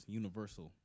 universal